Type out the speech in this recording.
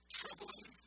troubling